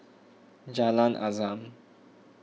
Jalan Azam